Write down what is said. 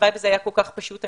הלוואי וזה היה כל כך פשוט.